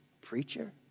preacher